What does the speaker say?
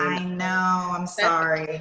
i know. i'm sorry.